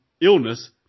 illness